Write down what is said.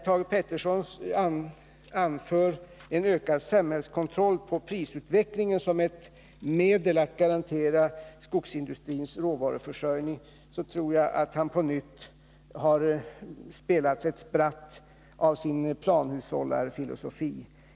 Thage Peterson anför att en ökad samhällskontroll av prisutvecklingen skulle vara ett medel att garantera skogsindustrins råvaruförsörjning, men då tror jag att han på nytt har spelats ett spratt av sin planhushållarfilosofi.